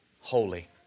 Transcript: holy